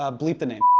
ah bleep the name.